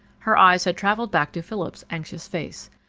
her eyes had travelled back to philip's anxious face.